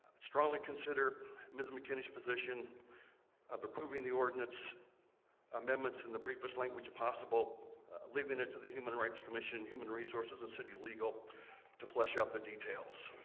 strongly consider ms. mckinney's position of approving the ordinance amendments in the briefest language possible leaving it to the human rights commission human resources our and city legal to flesh out the details